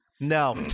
No